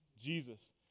Jesus